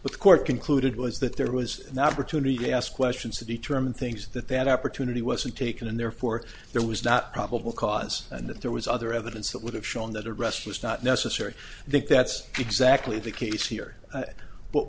but the court concluded was that there was an opportunity to ask questions to determine things that that opportunity wasn't taken and therefore there was not probable cause and that there was other evidence that would have shown that arrest was not necessary i think that's exactly the case here but